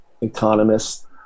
economists